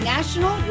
National